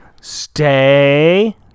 stay